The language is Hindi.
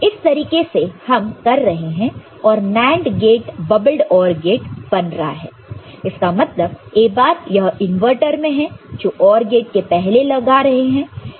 इस तरीके से हम कर रहे हैं और NAND gate bubbled OR gate बन रहा है इसका मतलब A बार यह इनवर्टर में है जो OR गेट के पहले लगा रहे हैं